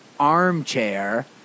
Armchair